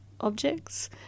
Objects